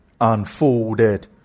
unfolded